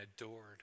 adored